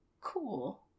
cool